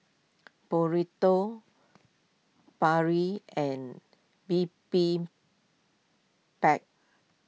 Burrito Barli and Bibimbap